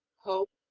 hope,